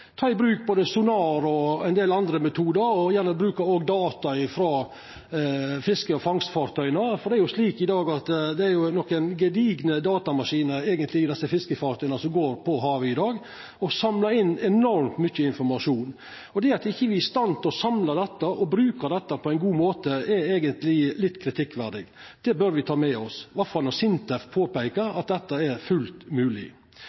ta i bruk både sonar og ein del andre metodar, og gjerne òg bruka data frå fiske- og fangsfartøya. I dag er det jo nokre gedigne datamaskiner i fiskefartøya som går på havet, og som samlar inn enormt mykje informasjon. At me ikkje er i stand til å samla dette og bruka dette på ein god måte, er eigentleg litt kritikkverdig. Det bør me ta med oss,